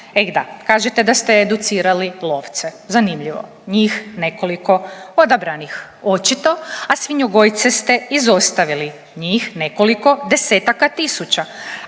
E da, kažete da ste educirali lovce. Zanimljivo, njih nekoliko odabranih očito, a svinjogojce ste izostavili, njih nekoliko desetaka tisuća,